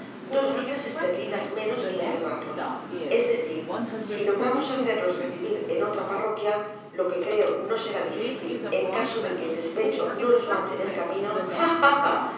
dos libras esterlinas menos que enterrarlos es decir si logramos hacerlos recibir en otra parroquia lo que creo no será difícil en caso de que el despecho no los mato en el camino